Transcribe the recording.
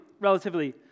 relatively